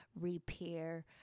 repair